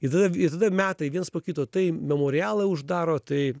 ir tada ir tada metai viens po kito tai memorialą uždaro tai